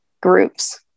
groups